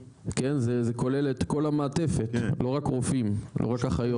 זה כולל את כל המעטפת, לא רק רופאים, לא רק אחיות.